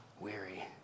weary